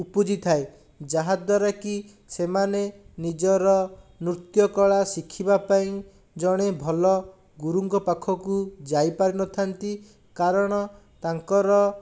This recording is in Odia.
ଉପୁଜି ଥାଏ ଯାହାଦ୍ୱାରା କି ସେମାନେ ନିଜର ନୃତ୍ୟ କଳା ଶିଖିବାପାଇଁ ଜଣେ ଭଲ ଗୁରୁଙ୍କ ପାଖକୁ ଯାଇପାରି ନଥାନ୍ତି କାରଣ ତାଙ୍କର